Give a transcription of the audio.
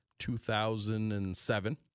2007